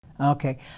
Okay